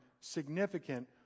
significant